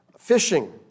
fishing